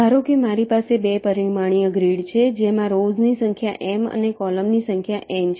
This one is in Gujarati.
ધારો કે મારી પાસે 2 પરિમાણીય ગ્રીડ છે જેમાં રોવ્સ ની સંખ્યા M અને કૉલમની સંખ્યા N છે